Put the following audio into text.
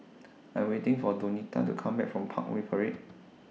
I Am waiting For Donita to Come Back from Parkway Parade